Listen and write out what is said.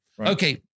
Okay